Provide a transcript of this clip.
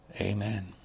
Amen